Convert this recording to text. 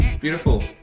Beautiful